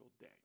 day